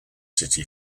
city